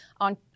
on